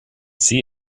see